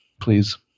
Please